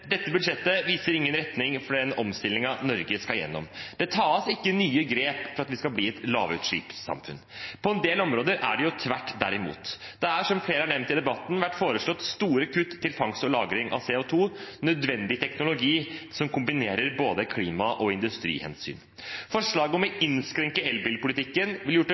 Dette budsjettet viser ingen retning for omstillingen Norge skal igjennom. Det tas ikke nye grep for at vi skal bli et lavutslippssamfunn. På en del områder er det tvert imot. Det er, som flere har nevnt i debatten, blitt foreslått store kutt til fangst og lagring av CO 2 – nødvendig teknologi som kombinerer både klima- og industrihensyn. Forslaget om å innskrenke elbilpolitikken ville gjort det